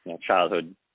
childhood